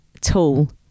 tool